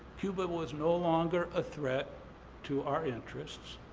cuba was no longer a threat to our interests